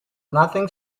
nothing